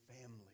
family